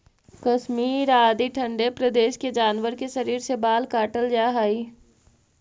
कश्मीर आदि ठण्ढे प्रदेश के जानवर के शरीर से बाल काटल जाऽ हइ